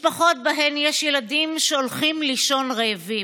משפחות שיש בהן ילדים שהולכים לישון רעבים,